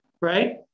right